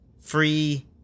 free